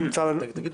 בדיון.